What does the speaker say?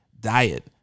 diet